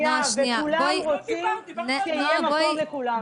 -- וכולם רוצים שיהיה מקום לכולם.